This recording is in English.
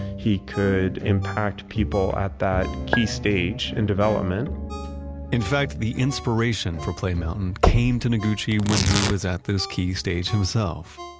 he could impact people at that key stage in development in fact, the inspiration for play mountain came to noguchi when he was at this key stage himself,